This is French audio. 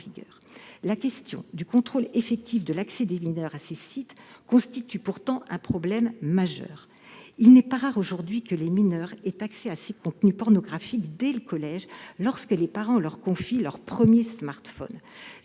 vigueur. Le contrôle effectif de l'accès des mineurs à ces sites constitue pourtant un problème majeur : il n'est pas rare aujourd'hui que les mineurs aient accès à ces contenus pornographiques dès le collège, lorsque les parents leur confient leur premier smartphone.